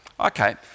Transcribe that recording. okay